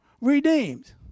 redeemed